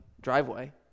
driveway